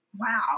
wow